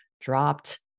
dropped